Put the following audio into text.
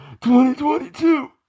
2022